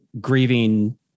grieving